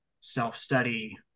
self-study